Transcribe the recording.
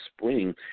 spring